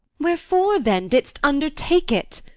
wherefore then didst undertake it?